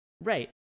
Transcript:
Right